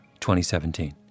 2017